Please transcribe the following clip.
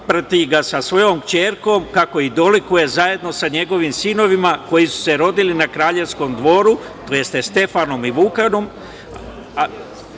otprati ga sa svojom kćerkom, kako i dolikuje, zajedno sa njegovim sinovima koji su se rodili na kraljevskom dvoru, to jest Stefanom i